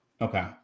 okay